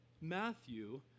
Matthew